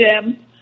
Jim